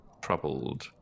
troubled